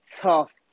tough